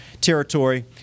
territory